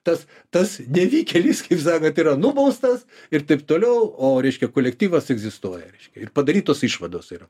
tas tas nevykėlis kaip sakot yra nubaustas ir taip toliau o reiškia kolektyvas egzistuoja ir padarytos išvados yra